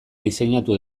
diseinatu